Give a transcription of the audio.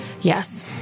Yes